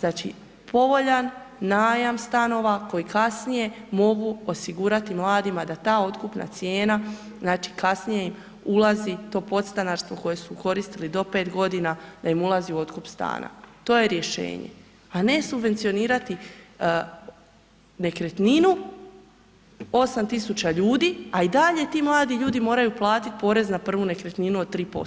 znači povoljan najam stanova koji kasnije mogu osigurati mladima da ta otkupna cijena znači kasnije ulazi, to podstanarstvo koje su koristili do 5 g., da im ulazi u otkup stana, to je rješenje a ne subvencionirati nekretninu 8000 ljudi a i dalje ti mladi ljudi moraju platiti porez na prvu nekretninu od 3%